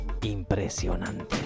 Impresionante